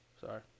Sorry